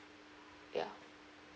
ya